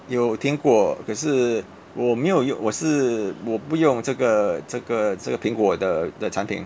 有听过可是我没有用我是我不用这个这个这个苹果的的产品